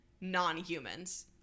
non-humans